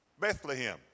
Bethlehem